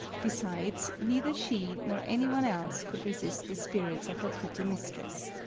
besides, neither she nor any one else could resist the spirits of her pretty mistress.